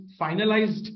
finalized